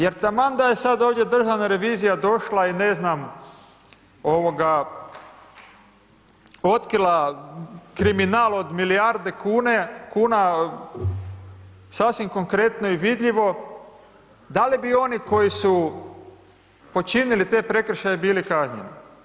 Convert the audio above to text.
Jer taman da je sad ovdje državna revizija došla i ne znam, otkrila kriminal od milijarde kuna, sasvim konkretno i vidljivo, da li bi oni koji su počinili te prekršaje bili kažnjeni?